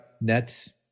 Nets